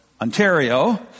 Ontario